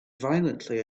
violently